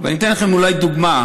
אני אתן לכם אולי דוגמה: